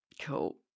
Cool